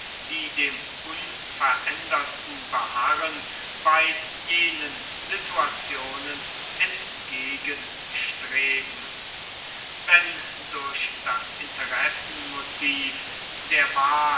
die dem unveränderten beharren bei jenen situationen entgegenstreben wenn durch das interessenmotiv der wahl